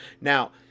Now